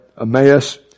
Emmaus